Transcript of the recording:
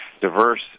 diverse